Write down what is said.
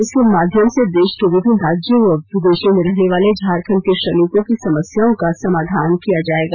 इसके माध्यम से देश के विभिन्न राज्यों व विदेशों में रहने वाले झारखंड के श्रमिकों की समस्याओं का समधान किया जाएगा